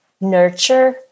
nurture